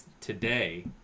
today